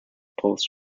pulse